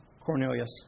Cornelius